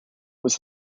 was